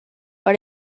per